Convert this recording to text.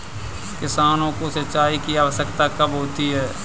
किसानों को सिंचाई की आवश्यकता कब होती है?